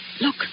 Look